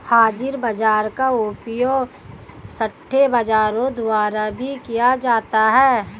हाजिर बाजार का उपयोग सट्टेबाजों द्वारा भी किया जाता है